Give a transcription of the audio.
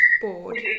bored